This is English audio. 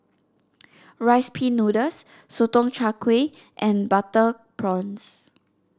Rice Pin Noodles Sotong Char Kway and Butter Prawns